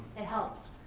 it helps.